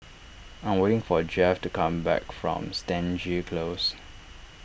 I am waiting for Jeffie to come back from Stangee Close